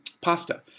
pasta